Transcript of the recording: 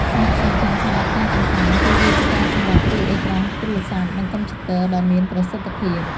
សារៈសំខាន់សម្រាប់ការកម្សាន្តគឺវាជាការសម្រាកពីអេក្រង់ទូរសព្ទ និងកុំព្យូទ័រដ៏មានប្រសិទ្ធភាព។